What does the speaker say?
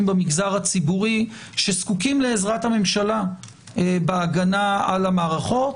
במגזר הציבורי שזקוקים לעזרת הממשלה בהגנה על המערכות,